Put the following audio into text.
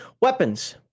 weapons